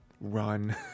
run